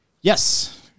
Yes